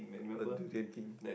uh durian king